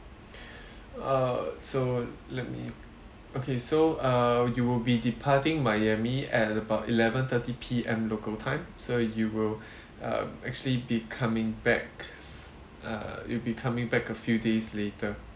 uh so let me okay so uh you will be departing miami at about eleven thirty P_M local time so you will uh actually be coming back uh you'll be coming back a few days later